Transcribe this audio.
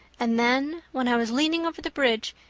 and then, when i was leaning over the bridge,